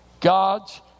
God's